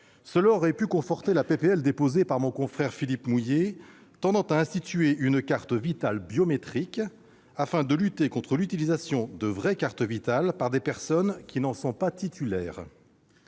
qui aurait pu conforter la proposition de loi déposée par notre collègue Philippe Mouiller tendant à instituer une carte Vitale biométrique, afin de lutter contre l'utilisation de vraies cartes Vitale par des personnes qui n'en sont pas titulaires.